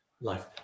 life